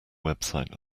website